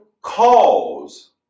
cause